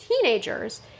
teenagers